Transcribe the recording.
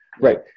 Right